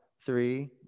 three